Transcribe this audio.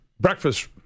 breakfast